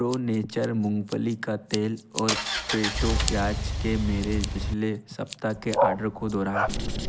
pro nature मूँगफली का तेल और फ़्रेशो प्याज़ के मेरे पिछले सप्ताह के आर्डर को दोहराएँ